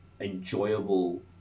enjoyable